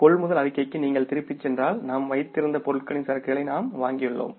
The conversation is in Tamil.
கொள்முதல் அறிக்கைக்கு நீங்கள் திரும்பிச் சென்றால் நாம் வைத்திருந்த பொருட்களின் சரக்குகளை நாம் வாங்கியுள்ளோம்